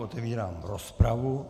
Otevírám rozpravu.